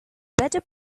better